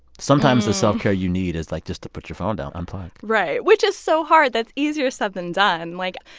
sometimes the self-care you need is, like, just to put your phone down, unplug right. which is so hard. that's easier said than done. like,